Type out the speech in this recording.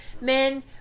Men